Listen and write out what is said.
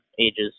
ages